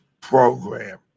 program